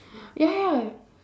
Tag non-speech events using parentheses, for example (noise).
(breath) ya